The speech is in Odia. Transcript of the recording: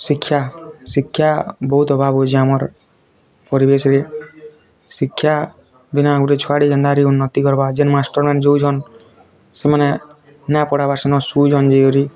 ଶିକ୍ଷା ଶିକ୍ଷା ବହୁତ୍ ଅଭାବ୍ ହଉଛି ଆମର୍ ପରିବେଶ୍ରେ ଶିକ୍ଷା ବିନା ଗୋଟେ ଛୁଆଟେ ଯେମତା କି ଉନ୍ନତି କରବା ଯେନ୍ ମାଷ୍ଟ୍ରମାନ ଯୋଉଛନ୍ ସେମାନେ ନା ପଢ଼ାବାର୍ ସେମାନେ ଶୋଉଛନ୍ ଯାଇକରି